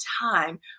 time